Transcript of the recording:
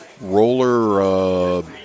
roller